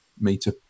meter